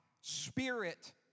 spirit